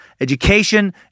education